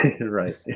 right